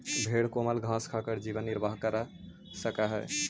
भेंड कोमल घास खाकर जीवन निर्वाह कर सकअ हई